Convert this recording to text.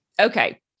Okay